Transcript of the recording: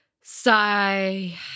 Sigh